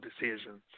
decisions